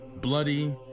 bloody